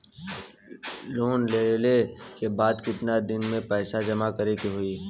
Loan लेले के बाद कितना दिन में पैसा जमा करे के होई?